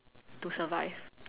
to survive